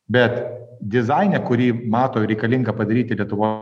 bet dizaine kurį mato reikalinga padaryte lietuvo